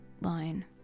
line